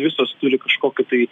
visos turi kažkokį tai